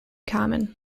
common